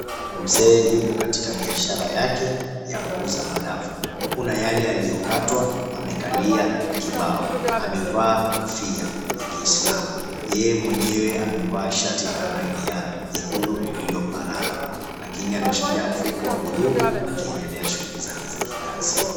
Mzee yupo katika biashara yake ya kuuza madafu. Kuna yale yaiyokatwa. Amekalia kibao. Amevaa kofia ya kiislamu. Yeye mwenyewe amevaa shati la rangi ya nyekundu lililoparara lakini ameshikilia mfuko wa buluu akiendelea shughuli zake za kikazi.